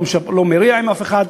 לא מרע עם אף אחד,